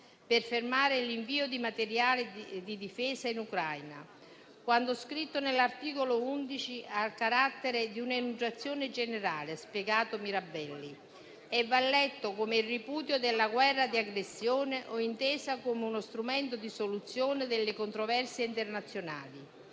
per fermare l'invio di materiale di difesa in Ucraina. Quanto scritto nell'articolo 11 ha carattere di un'enunciazione generale, ha spiegato Mirabelli, e va a letto come il ripudio della guerra di aggressione o intesa come uno strumento di soluzione delle controversie internazionali.